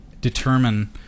determine